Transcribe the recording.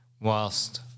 whilst